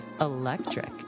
electric